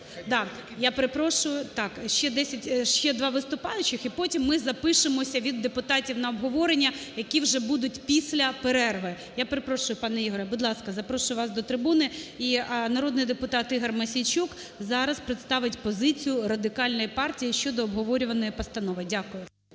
так, я перепрошую. Так, ще два виступаючих. І потім ми запишемося від депутатів на обговорення, які вже будуть після перерви. Я перепрошую, пане Ігорю. Будь ласка, запрошую вас до трибуни. Народний депутат Ігор Мосійчук зараз представить позицію Радикальної партії щодо обговорюваної постанови. Дякую.